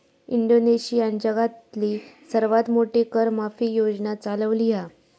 इंडोनेशियानं जगातली सर्वात मोठी कर माफी योजना चालवली हा